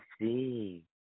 see